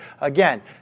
Again